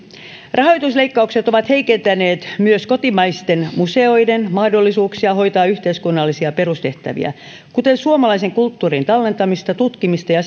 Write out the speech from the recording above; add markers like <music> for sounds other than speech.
rahoitusleikkaukset ovat heikentäneet myös kotimaisten museoiden mahdollisuuksia hoitaa yhteiskunnallisia perustehtäviä kuten suomalaisen kulttuurin tallentamista tutkimista ja <unintelligible>